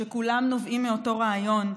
שכולם נובעים מאותו רעיון,